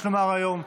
יש לומר היום,